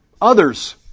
others